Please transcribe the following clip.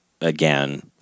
again